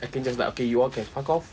I can just like okay you all can fuck off